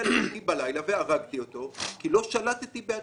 לביתי בלילה והרגתי אותו כי לא שלטתי בעצמי.